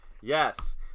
Yes